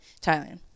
thailand